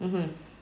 mmhmm